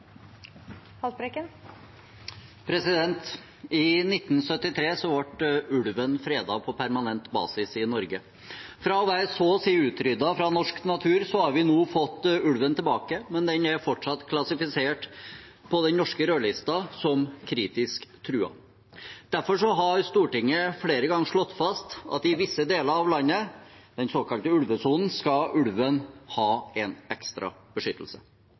I 1973 ble ulven fredet på permanent basis i Norge. Fra å være så å si utryddet fra norsk natur har vi nå fått ulven tilbake, men den er fortsatt klassifisert på den norske rødlisten som «kritisk truet». Derfor har Stortinget flere ganger slått fast at i visse deler av landet, den såkalte ulvesonen, skal ulven ha en ekstra beskyttelse.